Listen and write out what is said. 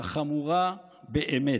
החמורה באמת.